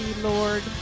Lord